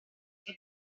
che